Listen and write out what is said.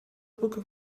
brücke